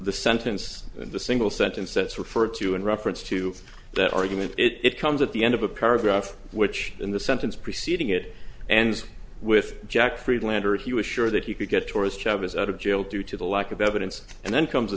the sentence in the single sentence that's referred to in reference to that argument it comes at the end of a paragraph which in the sentence preceding it and with jack freelander he was sure that he could get tourist chevys out of jail due to the lack of evidence and then comes